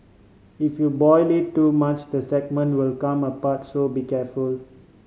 if you boil it too much the segment will come apart so be careful